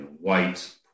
white